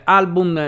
album